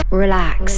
relax